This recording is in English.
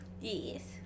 Yes